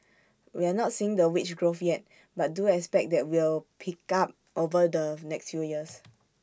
we're not seeing the wage growth yet but do expect that will pick up over the next few years